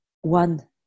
one